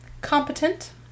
competent